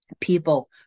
People